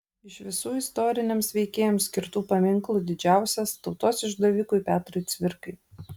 iš visų istoriniams veikėjams skirtų paminklų didžiausias tautos išdavikui petrui cvirkai